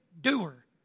doer